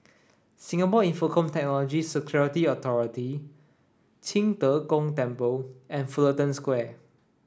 Singapore Infocomm Technology Security Authority Qing De Gong Temple and Fullerton Square